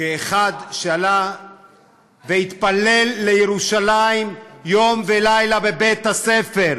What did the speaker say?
כאחד שעלה והתפלל לירושלים יום ולילה, בבית-הספר,